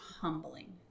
humbling